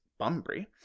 Bumbry